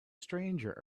stranger